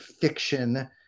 fiction